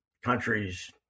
countries